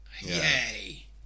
Yay